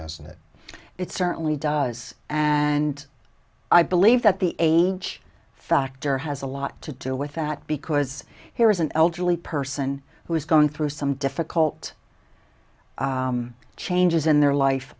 doesn't it it certainly does and i believe that the age factor has a lot to do with that because here is an elderly person who is going through some difficult changes in their life